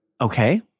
Okay